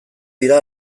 dira